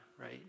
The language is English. right